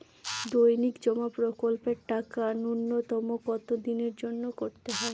দৈনিক জমা প্রকল্পের টাকা নূন্যতম কত দিনের জন্য করতে হয়?